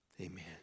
Amen